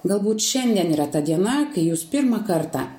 galbūt šiandien yra ta diena kai jūs pirmą kartą